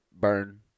burn